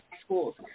schools